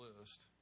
list